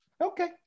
okay